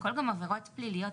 הכול גם עבירות פליליות.